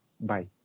Bye